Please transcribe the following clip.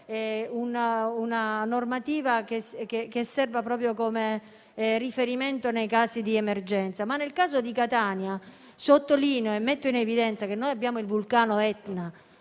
una normativa che serva proprio come riferimento nei casi di emergenza. Nel caso di Catania metto in evidenza che noi abbiamo il vulcano Etna.